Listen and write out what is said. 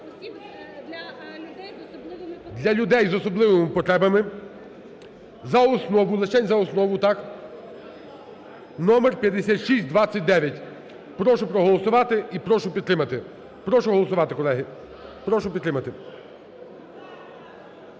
для людей з особливими потребами, за основу, лишень за основу (номер 5629). Прошу проголосувати і прошу підтримати. Прошу голосувати, колеги. Прошу підтримати.